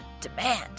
demand